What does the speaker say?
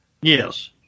Yes